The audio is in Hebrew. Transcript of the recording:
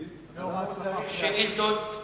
שאילתות.